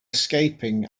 escaping